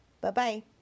Bye-bye